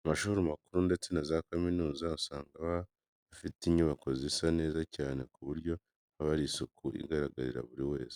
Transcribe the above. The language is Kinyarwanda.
Amashuri makuru ndetse na za kaminuza usanga aba afite inyubako zisa neza cyane ku buryo haba hari isuku igaragarira buri umwe.